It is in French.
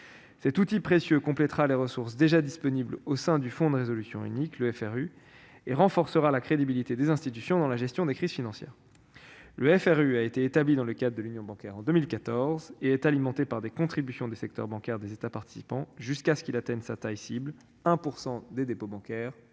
Cet outil précieux complétera les ressources déjà disponibles au sein du Fonds de résolution unique (FRU) et renforcera la crédibilité des institutions dans la gestion des crises financières. Le FRU a été créé dans le cadre de l'Union bancaire en 2014. Il est alimenté par les contributions des secteurs bancaires des États participants jusqu'à ce qu'il atteigne son niveau cible minimal, soit 1 % des dépôts bancaires